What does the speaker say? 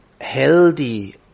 healthy